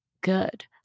good